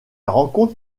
rencontre